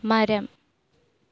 മരം